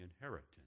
inheritance